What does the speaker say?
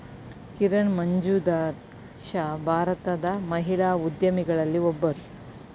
ಕಿರಣ್ ಮಜುಂದಾರ್ ಶಾ ಭಾರತದ ಮಹಿಳಾ ಉದ್ಯಮಿಗಳಲ್ಲಿ ಒಬ್ಬರು